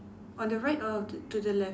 on the right or to to the left